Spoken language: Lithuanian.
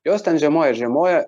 jos ten žiemoja žiemoja